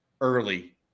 early